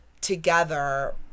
together